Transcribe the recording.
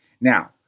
Now